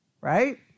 right